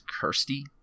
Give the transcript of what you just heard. Kirsty